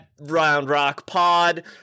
roundrockpod